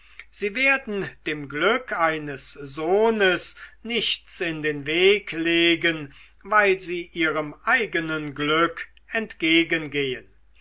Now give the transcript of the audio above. sie werden dem glück eines sohnes nichts in den weg legen weil sie ihrem eigenen glück